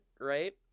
right